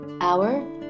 hour